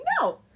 no